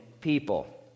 people